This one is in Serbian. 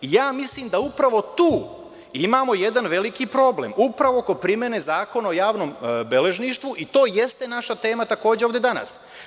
I ja mislim da upravo tu imamo jedan veliki problem, upravo oko primene Zakona o javnom beležništvu i to i jeste naša tema takođe ovde danas.